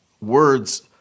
words